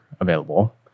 available